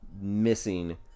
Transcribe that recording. missing